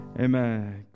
amen